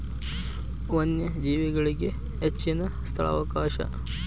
ವನ್ಯಜೇವಿಗಳಿಗೆ ಹೆಚ್ಚಿನ ಸ್ಥಳಾವಕಾಶ